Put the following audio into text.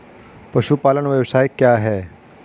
पशुपालन व्यवसाय क्या है?